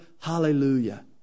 Hallelujah